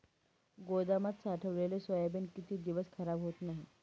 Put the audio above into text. गोदामात साठवलेले सोयाबीन किती दिवस खराब होत नाही?